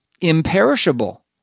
imperishable